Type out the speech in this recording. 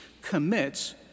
commits